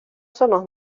somos